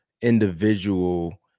individual